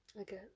Okay